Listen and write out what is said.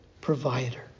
provider